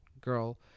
girl